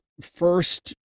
first